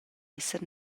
esser